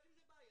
יש עם זה בעיה.